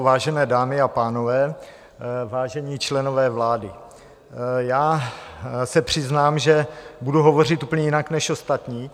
Vážené dámy a pánové, vážení členové vlády, já se přiznám, že budu hovořit úplně jinak než ostatní.